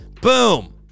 Boom